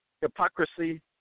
hypocrisy